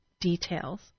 details